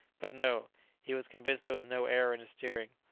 but no he was convinced there was no error in his steering.